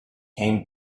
came